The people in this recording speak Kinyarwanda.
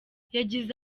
yagize